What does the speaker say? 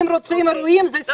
אם רוצים אירועים זה סיפור אחר.